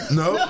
no